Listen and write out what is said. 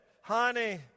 Honey